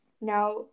Now